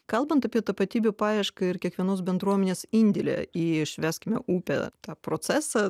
kalbant apie tapatybių paiešką ir kiekvienos bendruomenės indėlį į švęskime upę tą procesą